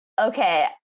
okay